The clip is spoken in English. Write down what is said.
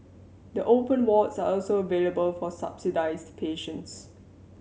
the open wards are also available for subsidised patients